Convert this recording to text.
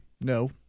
No